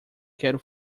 quero